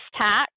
Tax